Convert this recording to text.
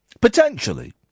Potentially